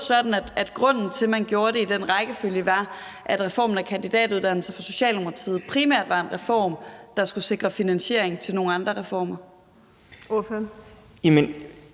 sådan, at grunden til, at man gjorde det i den rækkefølge, var, at reformen af kandidatuddannelser for Socialdemokratiet primært var en reform, der skulle sikre finansiering til nogle andre reformer?